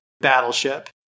Battleship